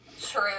true